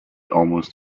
almost